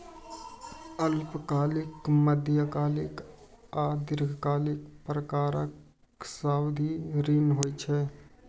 अल्पकालिक, मध्यकालिक आ दीर्घकालिक प्रकारक सावधि ऋण होइ छै